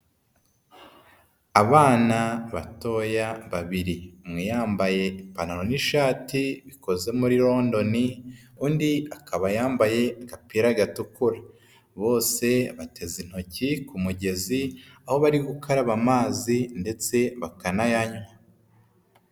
Abana batoya babiri umwe yambaye ipantaro n'ishati bikoze muri londoni undi akaba yambaye agapira gatukura, bose bateze intoki ku mugezi aho bari gukaraba amazi ndetse bakanayanywa.